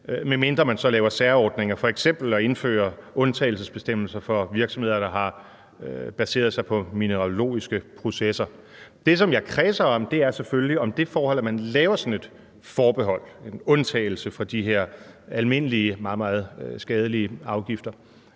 medmindre man laver særordninger, f.eks. ved at indføre undtagelsesbestemmelser for virksomheder, der har baseret sig på mineralogiske processer. Det, som jeg kredser om, er selvfølgelig, om det forhold, at man laver sådan et forbehold, en undtagelse fra de her almindelige meget, meget skadelige afgifter,